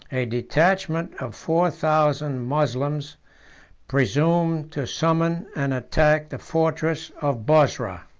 a detachment of four thousand moslems presumed to summon and attack the fortress of bosra.